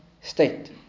state